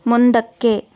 ಮುಂದಕ್ಕೆ